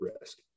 risk